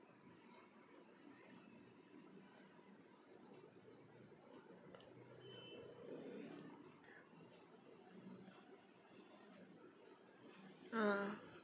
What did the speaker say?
ah